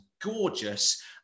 gorgeous